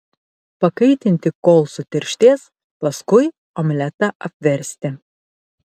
pakaitinti kol sutirštės paskui omletą apversti